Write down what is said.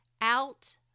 out